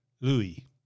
Louis